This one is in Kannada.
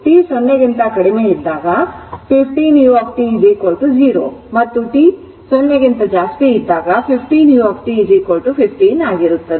t 0 ಕ್ಕಿಂತ ಕಡಿಮೆ ಇದ್ದಾಗ 15 u 0 ಮತ್ತು t 0 ಕ್ಕಿಂತ ಜಾಸ್ತಿ ಇದ್ದಾಗ 15 u 15 ಆಗಿರುತ್ತದೆ